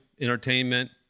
entertainment